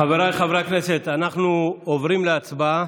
חבריי חברי הכנסת, אנחנו עוברים להצבעה.